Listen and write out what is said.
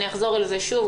ואני אחזור על זה שוב,